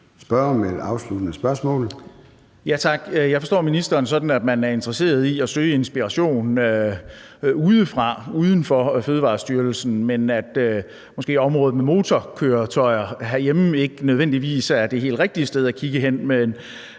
Jeg forstår ministeren sådan, at man er interesseret i at søge inspiration udefra, uden for Fødevarestyrelsen, men at området med motorkøretøjer herhjemme måske ikke nødvendigvis er det helt rigtige sted at kigge hen.